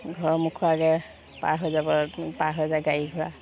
ঘৰৰ মুখৰ আগেৰে পাৰ হৈ যাব পাৰ হৈ যায় গাড়ী ঘোঁৰা